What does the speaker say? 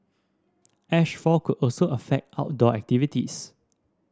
ash fall could also affect outdoor activities